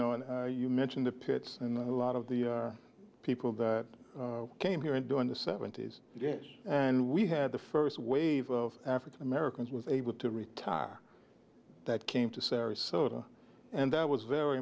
know and you mentioned the pits and a lot of the people that came here and during the seventy's and we had the first wave of african americans was able to retire that came to sarasota and that was very